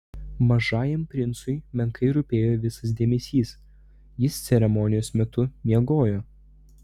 mažajam princui menkai rūpėjo visas dėmesys jis ceremonijos metu miegojo